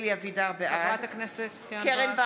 (קוראת בשמות חברי הכנסת) אלי אבידר, בעד קרן ברק,